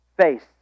face